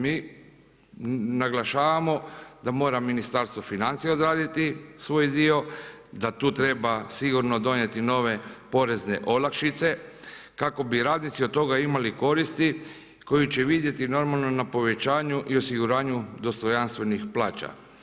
Mi naglašavamo da mora Ministarstvo financija odraditi svoj dio, da tu treba sigurno donijeti nove porezne olakšice kako bi radnici od toga imali koristi, koji će vidjeti normalno na povećanju i osiguranju dostojanstvenih plaća.